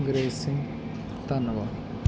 ਅੰਗਰੇਜ਼ ਸਿੰਘ ਧੰਨਵਾਦ